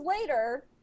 later